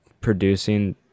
producing